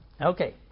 Okay